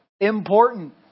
Important